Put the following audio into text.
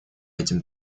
этим